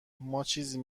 ماچیزی